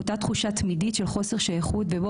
אותה תחושה תמידית של חוסר שייכות ובו